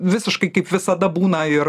visiškai kaip visada būna ir